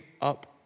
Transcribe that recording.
up